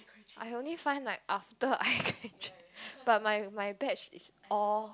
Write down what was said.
I only find like after I graduate but my my batch is all